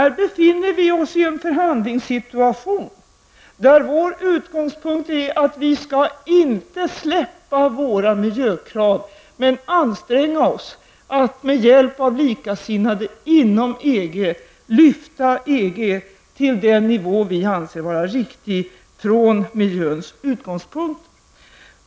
Vi befinner oss här i en förhandlingssituation där vår utgångspunkt är att vi inte skall släppa våra miljökrav utan anstränga oss att med hjälp av likasinnande inom EG lyfta EG till den nivå vi anser vara riktig från miljöns utgångspunkt.